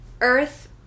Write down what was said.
Earth